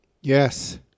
Yes